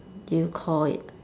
do you call it